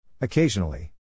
Occasionally